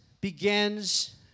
begins